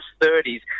30s